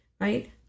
Right